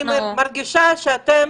אני מרגישה שאתם